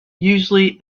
usually